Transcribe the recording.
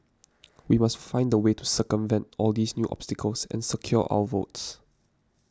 we must find a way to circumvent all these new obstacles and secure our votes